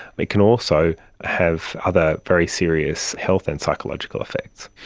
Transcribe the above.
it can also have other very serious health and psychological effects.